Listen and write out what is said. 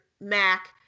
Mac